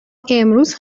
امروز